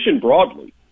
broadly